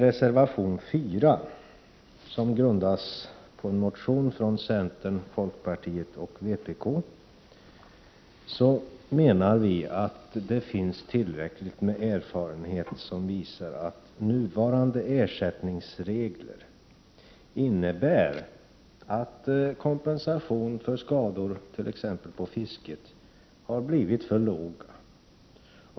Reservation 4 har sin grund i en motion från centern, folkpartiet och vpk, där vi menar att det finns tillräckligt med erfarenhet som visar att nuvarande ersättningsregler innebär att kompensationen för skador på t.ex. fisket har blivit för låg.